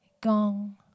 gong